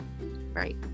right